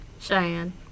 Cheyenne